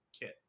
kit